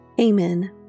Amen